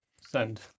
send